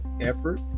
effort